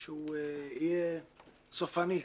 שהוא יהיה סופני.